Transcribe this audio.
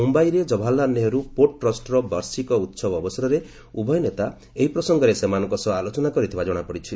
ମୁମ୍ଭାଇରେ ଜବାହାରଲାଲ ନେହେରୁ ପୋର୍ଟ୍ ଟ୍ରଷ୍ଟର ବାର୍ଷିକୀ ଉତ୍ସବ ଅବସରରେ ଉଭୟ ନେତା ଏହି ପ୍ରସଙ୍ଗରେ ସେମାନଙ୍କ ସହ ଆଲୋଚନା କରିଥିବା କଣାପଡ଼ିଛି